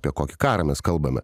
apie kokį karą mes kalbame